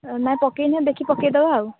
ନା ପକାଇନି ଆଉ ଦେଖି ପକାଇ ଦେବା ଆଉ